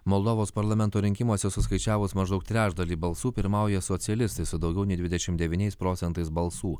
moldovos parlamento rinkimuose suskaičiavus maždaug trečdalį balsų pirmauja socialistai su daugiau nei dvidešimt devyniais procentais balsų